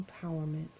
empowerment